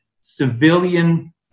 civilian